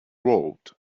road